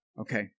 Okay